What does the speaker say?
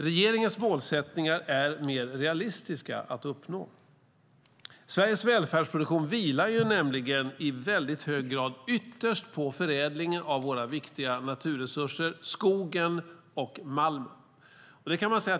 Regeringens målsättningar är mer realistiska att uppnå. Sveriges välfärdsproduktion vilar i väldigt hög grad ytterst på förädlingen av våra viktiga naturresurser skogen och malmen.